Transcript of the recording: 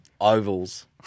ovals